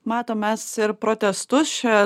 matom mes ir protestus čia